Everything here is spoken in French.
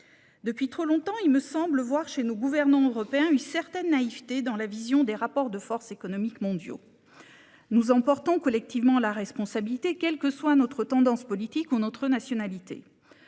Depuis trop longtemps, nos gouvernants européens me semblent faire montre d'une certaine naïveté dans leur vision des rapports de force économiques mondiaux. Nous en portons collectivement la responsabilité, quelle que soit notre tendance politique ou notre nationalité.